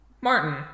Martin